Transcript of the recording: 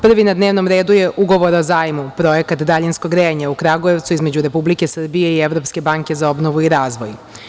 Prvi na dnevnom redu je Ugovor o zajmu - Projekat daljinskog grejanja u Kragujevcu, između Republike Srbije i Evropske banke za obnovu i razvoj.